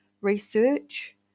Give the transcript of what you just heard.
research